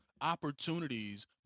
opportunities